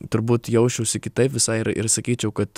turbūt jausčiausi kitaip visai ir ir sakyčiau kad